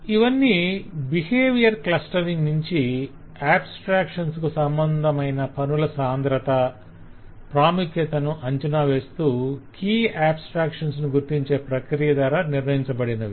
ఇవన్ని behaviour clustering నుంచి abstractions కు సంబంధమైన పనుల సాంద్రత ప్రాముఖ్యతను అంచనావేస్తూ కీ ఆబ్స్ట్రాక్షన్స్ ను గుర్తించే ప్రక్రియ ద్వార నిర్ణయించబడినవి